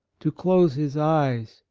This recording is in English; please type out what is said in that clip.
to close his eyes,